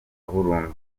burundu